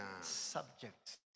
subject